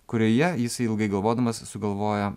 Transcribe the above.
kurioje jisai ilgai galvodamas sugalvoja